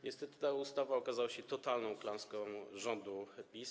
Niestety ta ustawa okazała się totalną klęską rządu PiS.